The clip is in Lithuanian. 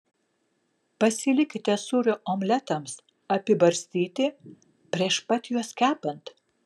pasilikite sūrio omletams apibarstyti prieš pat juos kepant